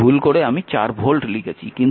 তাই ভুল করে আমি 4 ভোল্ট লিখেছি